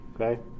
Okay